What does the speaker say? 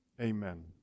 Amen